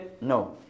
No